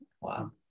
wow